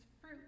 fruit